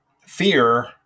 fear